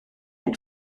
ein